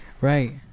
right